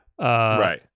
Right